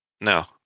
No